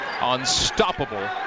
Unstoppable